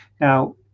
Now